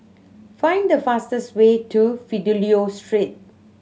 find the fastest way to Fidelio Street